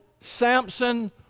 Samson